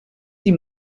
die